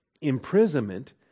imprisonment